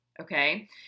Okay